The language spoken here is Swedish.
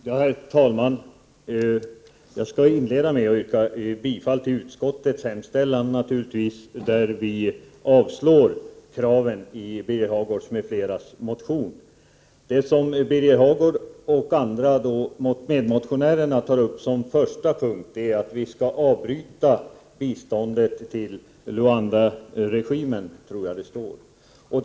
Herr talman! Jag skall inleda med att yrka bifall till utskottets hemställan där kraven i Birger Hagårds m.fl. motion avstyrks. Det som Birger Hagård och hans medmotionärer tar upp som första punkt är att biståndet till Luandaregimen skall avbrytas.